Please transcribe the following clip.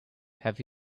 have